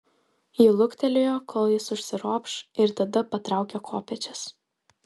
ji luktelėjo kol jis užsiropš ir tada patraukė kopėčias